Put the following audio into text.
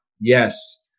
Yes